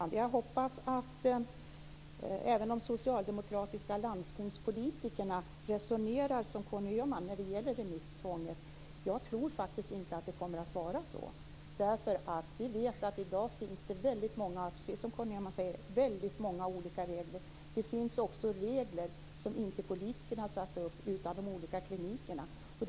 Fru talman! Det var ett ganska klargörande besked. Jag hoppas att även socialdemokratiska landstingspolitiker resonerar som Conny Öhman när det gäller remisstvånget. Jag tror faktiskt inte att de kommer att göra det, därför att det i dag finns väldigt många olika regler, precis som Conny Öhman säger. Det finns också regler som politikerna inte har satt upp, utan det har de olika klinikerna gjort.